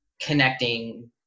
connecting